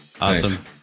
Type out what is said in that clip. awesome